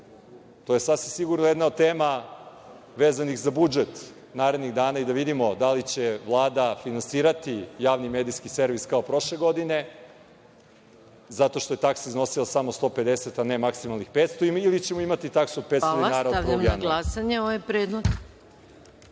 To je sasvim sigurno jedna od tema vezanih za budžet narednih dana i da vidimo da li će Vlada finansirati Javni medijski servis kao prošle godine, zato što je taksa iznosila samo 150, a ne maksimalnih 500 ili ćemo imati taksu od 500 dinara od 1. januara? **Maja Gojković** Hvala. Stavljam na glasanje ovaj